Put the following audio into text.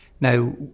Now